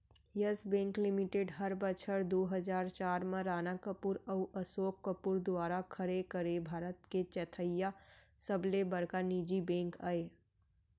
yes Bank Limited हर बछर दू हजार चार म राणा कपूर अउ असोक कपूर दुवारा खड़े करे भारत के चैथइया सबले बड़का निजी बेंक अय